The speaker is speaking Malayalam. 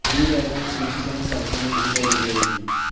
ഈ രേഖകൾ സൂക്ഷിക്കുന്ന സ്ഥലത്തിനും ഈ പേര് ഉപയോഗിക്കുന്നു